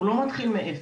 הוא לא מתחיל מאפס.